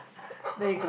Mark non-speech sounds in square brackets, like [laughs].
[laughs]